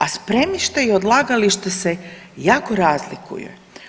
A spremište i odlagalište se jako razlikuje.